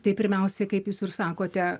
tai pirmiausiai kaip jūs ir sakote